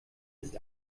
ist